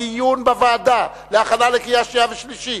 בדיון בוועדה להכנה לקריאה שנייה ושלישית,